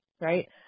right